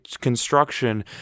construction